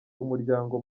umuryango